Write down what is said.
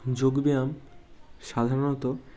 যোগব্যায়াম সাধারণত